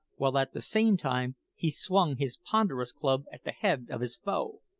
while at the same time he swung his ponderous club at the head of his foe.